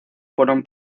fueron